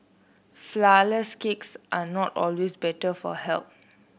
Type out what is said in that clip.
flour less cakes are not always better for health